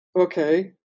okay